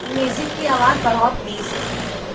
music کی آواز بڑھاؤ پلیس